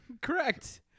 Correct